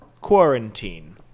quarantine